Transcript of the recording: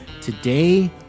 Today